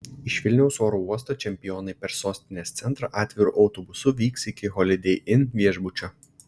iš vilniaus oro uosto čempionai per sostinės centrą atviru autobusu vyks iki holidei inn viešbučio